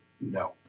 no